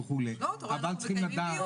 אבל צריכים לדעת,